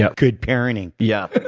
ah good parenting. yeah.